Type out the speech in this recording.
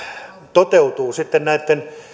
toteutuu sitten näitten